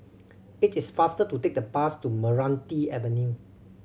it is faster to take the bus to Meranti Avenue